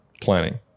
planning